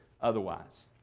otherwise